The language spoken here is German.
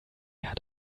hat